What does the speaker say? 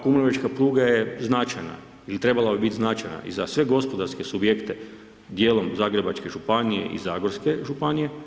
Kumrovečka pruga je značajna ili trebala bi biti značajna i za sve gospodarske subjekte, dijelom Zagrebačke županije i Zagorske županije.